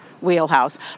wheelhouse